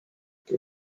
die